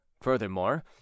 furthermore